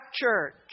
church